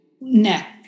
neck